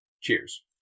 cheers